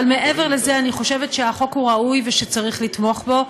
אבל מעבר לזה אני חושבת שהחוק ראוי ושצריך לתמוך בו.